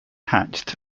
hatched